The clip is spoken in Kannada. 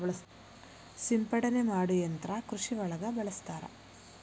ಸಿಂಪಡನೆ ಮಾಡು ಯಂತ್ರಾ ಕೃಷಿ ಒಳಗ ಬಳಸ್ತಾರ